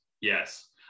yes